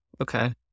okay